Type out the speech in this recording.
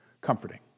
comforting